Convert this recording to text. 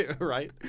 Right